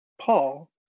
Paul